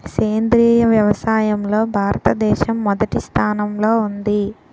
సేంద్రీయ వ్యవసాయంలో భారతదేశం మొదటి స్థానంలో ఉంది